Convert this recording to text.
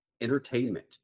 entertainment